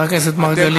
חבר הכנסת מרגלית.